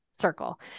circle